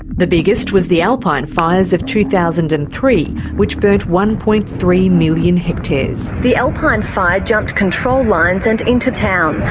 the biggest was the alpine fires of two thousand and three, which burnt one. three million hectares. the alpine fire jumped control lines and into town.